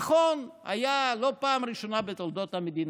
נכון, זה היה, לא פעם ראשונה בתולדות המדינה,